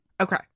Okay